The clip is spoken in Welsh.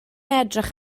edrych